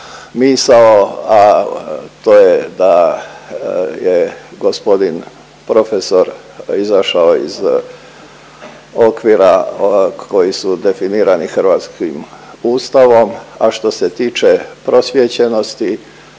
misao, a to je da je g. prof. izašao iz okvira koji su definirani hrvatskim Ustavom. A što se tiče prosvjećenosti